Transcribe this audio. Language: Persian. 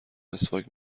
مسواک